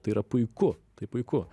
tai yra puiku tai puiku